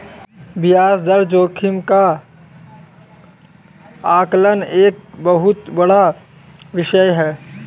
ब्याज दर जोखिम का आकलन एक बहुत बड़ा विषय है